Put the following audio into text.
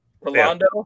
Rolando